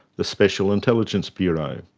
the special intelligence bureau,